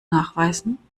nachweisen